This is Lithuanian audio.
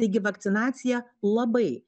taigi vakcinacija labai